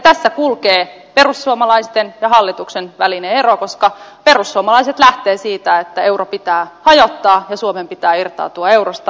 tässä kulkee perussuomalaisten ja hallituksen välinen ero koska perussuomalaiset lähtevät siitä että euro pitää hajottaa ja suomen pitää irtautua eurosta ja tämä ei ole hallituksen linja